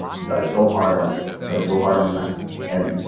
you got to go hard on this, we got to go hard on and